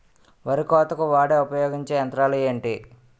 వరి కోతకు వాడే ఉపయోగించే యంత్రాలు ఏంటి?